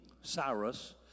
Cyrus